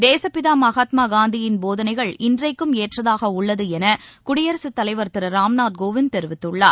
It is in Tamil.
தேசப்பிதாமகாத்மாகாந்தியின் போதனைகள் இன்றைக்கும் ஏற்றதாகஉள்ளதுஎனகுடியரசுத்தலைவர் திருராம்நாத் கோவிந்த் தெரிவித்துள்ளார்